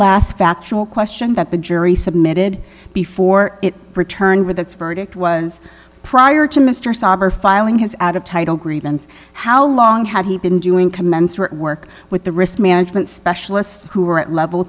last factual question that the jury submitted before it returned with its verdict was prior to mr sobber filing his out of title grievance how long had he been doing commensurate work with the risk management specialists who were at level